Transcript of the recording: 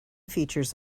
features